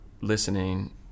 listening